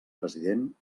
president